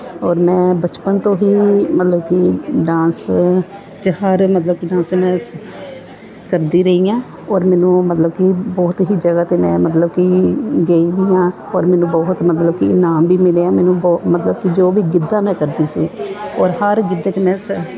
ਔਰ ਮੈਂ ਬਚਪਨ ਤੋਂ ਹੀ ਮਤਲਬ ਕਿ ਡਾਂਸ 'ਚ ਹਰ ਮਤਲਬ ਕਿ ਡਾਂਸ ਕਰਦੀ ਰਹੀ ਹਾਂ ਔਰ ਮੈਨੂੰ ਮਤਲਬ ਕਿ ਬਹੁਤ ਹੀ ਜਗ੍ਹਾ 'ਤੇ ਮੈ ਮਤਲਬ ਕਿ ਗਈ ਹੋਈ ਆ ਔਰ ਮੈਨੂੰ ਬਹੁਤ ਮਤਲਬ ਕਿ ਇਨਾਮ ਵੀ ਮਿਲੇ ਆ ਮੈਨੂੰ ਬੋ ਮਤਲਬ ਕਿ ਜੋ ਵੀ ਗਿੱਧਾ ਮੈਂ ਕਰਦੀ ਸੀ ਔਰ ਹਰ ਗਿੱਧੇ 'ਚ ਮੈਂ ਸ